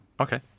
Okay